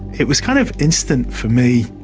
it was kind of instant for me,